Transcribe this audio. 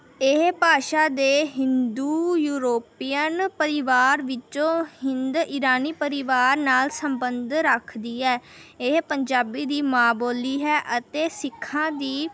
ਇਹ ਭਾਸ਼ਾ ਦੇ ਹਿੰਦੂ ਯੂਰੋਪੀਅਨ ਪਰਿਵਾਰ ਵਿੱਚੋਂ ਹਿੰਦ ਇਰਾਨੀ ਪਰਿਵਾਰ ਨਾਲ ਸੰਬੰਧ ਰੱਖਦੀ ਹੈ ਇਹ ਪੰਜਾਬ ਦੀ ਮਾਂ ਬੋਲੀ ਹੈ ਅਤੇ ਸਿੱਖਾਂ ਦੀ